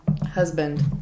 husband